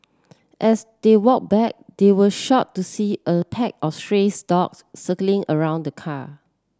as they walk back they were shocked to see a pack of strays dogs circling around the car